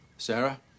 Sarah